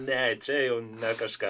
leidžia jau ne kažką